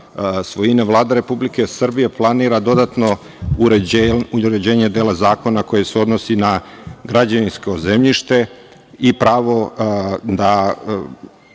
svojine Vlada Republike Srbije planira dodatno uređenja dela zakona koji se odnosi na građevinsko zemljište i da